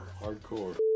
Hardcore